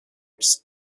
its